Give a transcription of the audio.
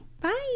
bye